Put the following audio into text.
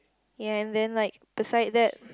ya and then like beside that